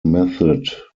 method